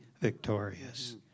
victorious